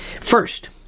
First